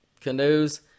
canoes